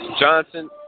Johnson